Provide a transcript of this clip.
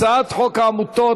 הצעת חוק העמותות